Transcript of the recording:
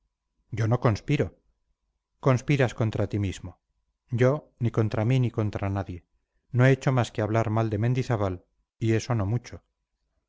yo no conspiro conspiras contra ti mismo yo ni contra mí ni contra nadie no he hecho más que hablar mal de mendizábal y eso no mucho